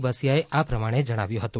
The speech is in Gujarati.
બસિયાએ આ પ્રમાણે જણાવ્યું હતું